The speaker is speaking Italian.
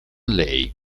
lei